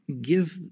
give